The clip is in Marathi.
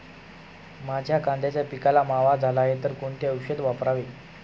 माझ्या कांद्याच्या पिकाला मावा झाला आहे तर कोणते औषध वापरावे?